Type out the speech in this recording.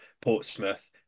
Portsmouth